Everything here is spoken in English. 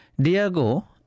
Diago